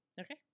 Okay